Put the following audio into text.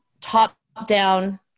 top-down